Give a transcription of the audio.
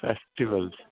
festivals